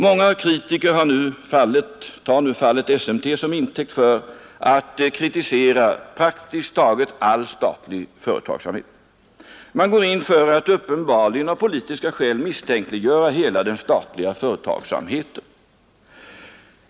Många kritiker tar nu fallet SMT till intäkt för att kritisera praktiskt taget all statlig företagsamhet. Man går in för att, uppenbarligen av politiska skäl, misstänkliggöra hela den statliga företagsamheten.